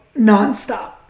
nonstop